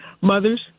mothers